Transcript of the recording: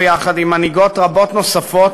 ויחד עם מנהיגות רבות נוספות